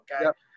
Okay